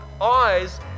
eyes